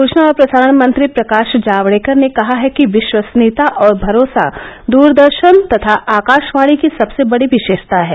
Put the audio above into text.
सूचना और प्रसारण मंत्री प्रकाश जावडेकर ने कहा है कि विश्वसनीयता और भरोसा दूरदर्शन तथा आकाशवाणी की सबसे बड़ी विशेषता हैं